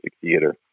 theater